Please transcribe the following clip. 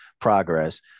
progress